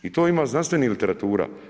I to ima znanstvenih literatura.